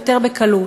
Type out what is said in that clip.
יותר בקלות.